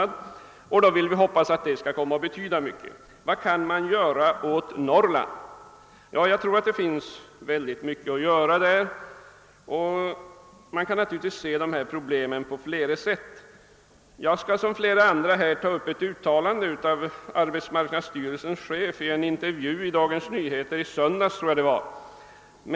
Vi hoppas att den skall komma att betyda något. Vad kan man göra för Norrland? Jag tror att det finns väldigt mycket att göra. Man kan se dessa problem på flera sätt. Jag skall i likhet med flera tidigare talare anknyta till ett uttalande av arbetsmarknadsstyrelsens chef i en in tervju i Dagens Nyheter i söndags.